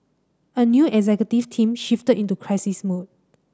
a new executive team shifted into crisis mode